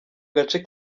gace